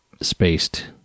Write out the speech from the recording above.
spaced